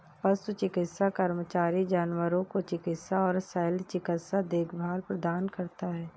पशु चिकित्सा कर्मचारी जानवरों को चिकित्सा और शल्य चिकित्सा देखभाल प्रदान करता है